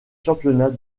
championnats